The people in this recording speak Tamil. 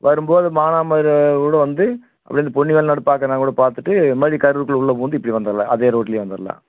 வரும்போது மானாமதுரை கூட வந்து அப்படியே அந்த பொன்னிவெளநாடு பாக்கிறதுன்னா கூட பார்த்துட்டு மறுபடி கரூர்குள்ளே உள்ளே பூந்து இப்படி வந்துடலாம் அதே ரோட்டுலேயே வந்துடலாம்